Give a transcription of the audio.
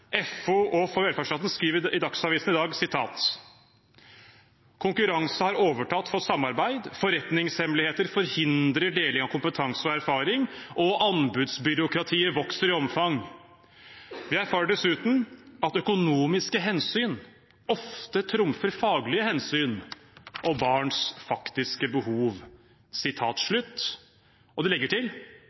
og For velferdsstaten skriver i Dagsavisen i dag: «Konkurranse har overtatt for samarbeid, forretningshemmeligheter forhindrer deling av kompetanse og erfaring og anbudsbyråkratiet vokser i omfang. Vi erfarer dessuten at økonomiske ofte trumfer faglige hensyn og barns faktiske behov.» Og de legger til: